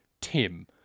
Tim